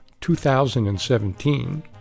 2017